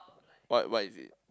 what what is it